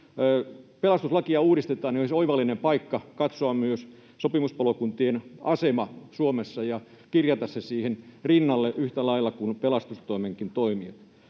pelastuslakia uudistetaan, olisi oivallinen paikka katsoa myös sopimuspalokuntien asema Suomessa ja kirjata se siihen rinnalle yhtä lailla kuin pelastustoimenkin toimijat.